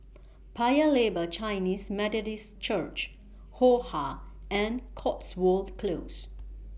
Paya Lebar Chinese Methodist Church Ho Ha and Cotswold Close